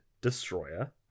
Destroyer